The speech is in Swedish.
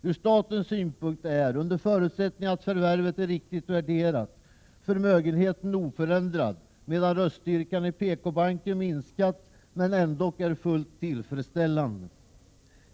Från statens synpunkt är, under förutsättning att förvärvet är riktigt värderat, förmögenheten oförändrad medan röststyrkan i PKbanken minskat men ändå är fullt tillfredsställande.